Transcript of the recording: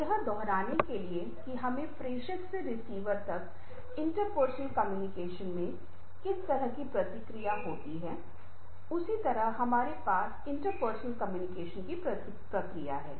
बस यह दोहराने के लिए कि हमें प्रेषक से रिसीवर तक इंट्रपर्सनल कम्युनिकेशन में किस तरह से प्रक्रिया होती है उसी तरह हमारे पास इंट्रपर्सनल कम्युनिकेशन की प्रक्रिया है